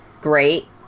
great